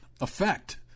effect